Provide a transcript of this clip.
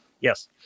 Yes